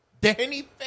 Danny